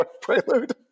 prelude